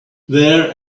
there